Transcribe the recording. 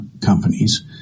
companies